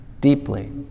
deeply